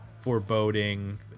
Foreboding